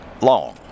long